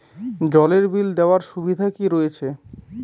জলের বিল দেওয়ার সুবিধা কি রয়েছে?